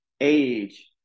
age